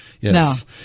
Yes